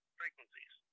frequencies